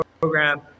program